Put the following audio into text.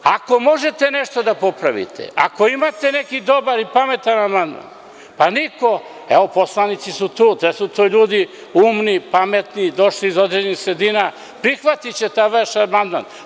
Ako možete nešto da popravite, ako imate neki dobar i pametan amandman, pa niko, evo poslanici su tu, sve su to ljudi umni, pametni, došli iz određenih sredina, prihvatiće taj vaš amandman.